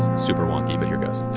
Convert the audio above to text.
super wonky, but here goes.